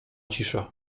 cisza